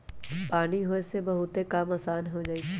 पानी होय से बहुते काम असान हो जाई छई